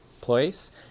place